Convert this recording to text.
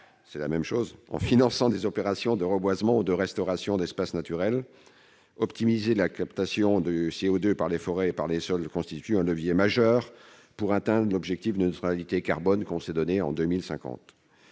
du carbone en finançant des opérations de reboisement ou de restauration d'espaces naturels. Optimiser la captation du CO2 par les forêts et par les sols constitue un levier majeur pour atteindre l'objectif de neutralité carbone que nous nous sommes fixé en 2050.